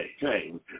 change